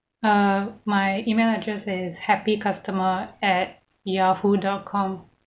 uh my email address is happy customer at Yahoo dot com